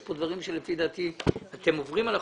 יש כאן דברים שלפי דעתי אתם עוברים על החוק,